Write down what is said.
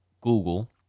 Google